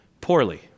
poorly